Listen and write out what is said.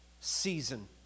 season